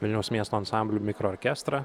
vilniaus miesto ansambliu mikro orkestra